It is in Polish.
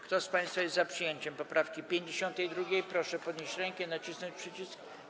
Kto z państwa jest za przyjęciem poprawki 52., proszę podnieść rękę i nacisnąć przycisk.